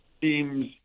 seems